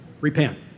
repent